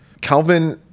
Calvin